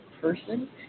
person